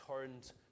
turned